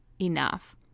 enough